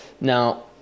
Now